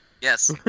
Yes